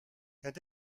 quand